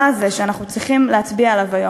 הזה שאנחנו צריכים להצביע עליו היום.